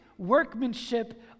workmanship